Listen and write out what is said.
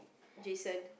Jason